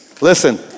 Listen